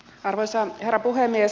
arvoisa herra puhemies